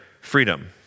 freedom